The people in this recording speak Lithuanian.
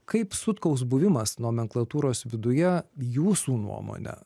kaip sutkaus buvimas nomenklatūros viduje jūsų nuomone